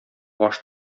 баш